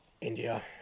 India